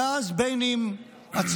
ואז בין אם הציבור,